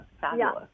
fabulous